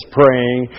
praying